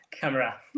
Camera